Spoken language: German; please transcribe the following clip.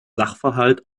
sachverhalt